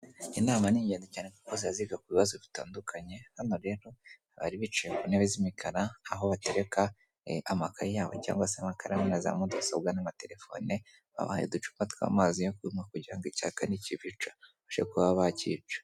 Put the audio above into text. Inama ni ingenzi cyane kuko ziba ziga ku bibazo dutandukanye. Hano rero bariri bicaye ku ntebe z'imikara aho batereka amakayi yabo cyangwa se amakaramu na za mudasobwa n'amatelefone, babahaye uducupa tw'amazi yo kunywa kugira ngo icyakane nikibica bashe kuba bakiyica.